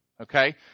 Okay